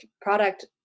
product